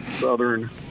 Southern